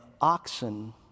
oxen